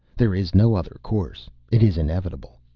there is no other course. it is inevitable.